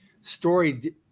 story